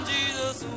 Jesus